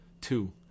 Two